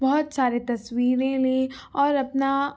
بہت سارے تصویریں لیں اور اپنا